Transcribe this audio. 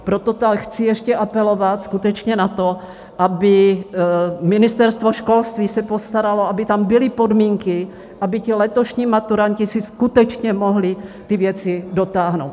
Proto chci ještě apelovat skutečně na to, aby Ministerstvo školství se postaralo, aby tam byly podmínky, aby ti letošní maturanti si skutečně mohli ty věci dotáhnout.